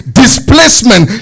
displacement